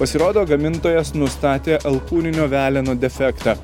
pasirodo gamintojas nustatė alkūninio veleno defektą